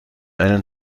einen